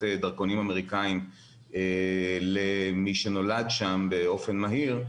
דרכונים אמריקאים למי שנולד שם באופן מהיר,